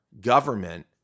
government